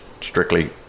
strictly